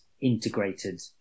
integrated